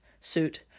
suit